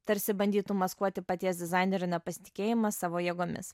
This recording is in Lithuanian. tarsi bandytų maskuoti paties dizainerio nepasitikėjimą savo jėgomis